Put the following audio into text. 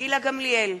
גילה גמליאל,